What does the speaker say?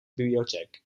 bibliotheek